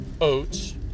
oats